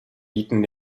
bieten